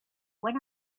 when